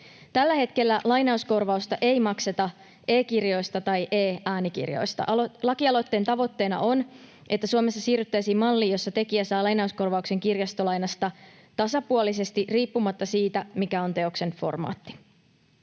Tällä hetkellä lainauskorvausta ei makseta e-kirjoista tai e-äänikirjoista. Lakialoitteen tavoitteena on, että Suomessa siirryttäisiin malliin, jossa tekijä saa lainauskorvauksen kirjastolainasta tasapuolisesti riippumatta siitä, mikä on teoksen formaatti.